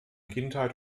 kindheit